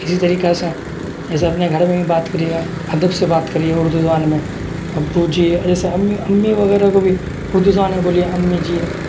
اسی طریقہ سے جیسے اپنے گھر میں بھی بات کریے ادب سے بات کریے اردو زبان میں ابو جی جیسے امی امی وغیرہ کو بھی اردو زبان میں بولیے امی جی